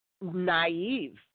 naive